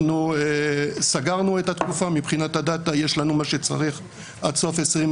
אנחנו סגרנו את התקופה ומבחינת הדאתה יש לנו מה שצריך עד סוף 2022